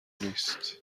نیست